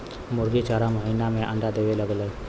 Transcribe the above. मुरगी चार महिना में अंडा देवे लगेले